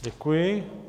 Děkuji.